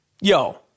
Yo